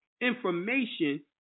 information